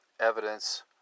evidence